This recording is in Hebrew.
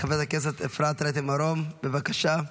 חברת הכנסת אפרת רייטן מרום, בבקשה.